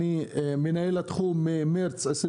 מנהל התחום מרץ 2022,